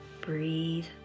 Breathe